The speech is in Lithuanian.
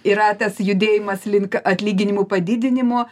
yra tas judėjimas link atlyginimų padidinimo